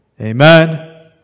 amen